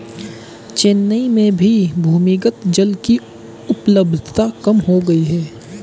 चेन्नई में भी भूमिगत जल की उपलब्धता कम हो गई है